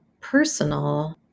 personal